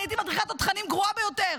אני הייתי מדריכת תותחנים גרועה ביותר,